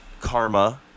Karma